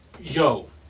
Yo